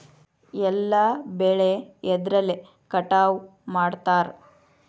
ಎಲ್ಲ ಬೆಳೆ ಎದ್ರಲೆ ಕಟಾವು ಮಾಡ್ತಾರ್?